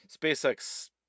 SpaceX